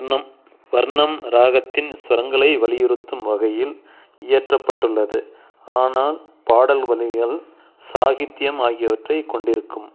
வண்ணம் வர்ணம் ராகத்தின் ஸ்வரங்களை வலியுறுத்தும் வகையில் இயற்றப்பட்டுள்ளது ஆனால் பாடல் வரிகள் சாஹித்யம் ஆகியவற்றைக் கொண்டிருக்கும்